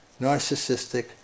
narcissistic